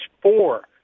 four